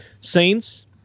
Saints